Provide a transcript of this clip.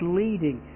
leading